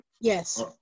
Yes